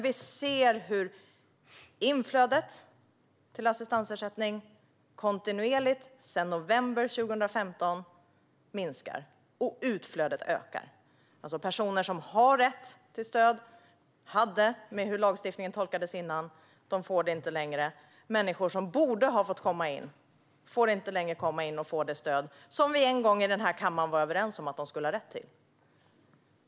Vi ser hur inflödet till assistansersättning minskar kontinuerligt sedan november 2015 och att utflödet ökar. Personer som hade rätt till stöd så som lagstiftningen tolkades tidigare får inte detta längre. Människor som borde ha fått komma in får inte längre det stöd som vi en gång här i kammaren var överens om att de skulle ha rätt till.